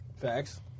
Facts